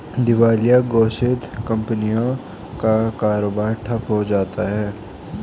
दिवालिया घोषित कंपनियों का कारोबार ठप्प हो जाता है